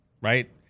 right